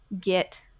get